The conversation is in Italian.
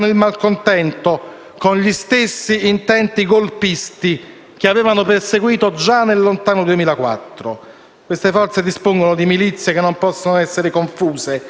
Quando un Paese è così diviso, chiedere la resa incondizionata dell'una o dell'altra parte significa marciare spediti verso la guerra civile.